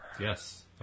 yes